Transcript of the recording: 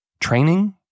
training